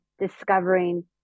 discovering